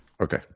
Okay